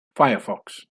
firefox